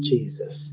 Jesus